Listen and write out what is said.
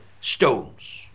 stones